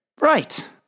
Right